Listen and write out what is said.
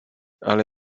ale